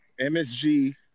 MSG